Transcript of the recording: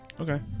okay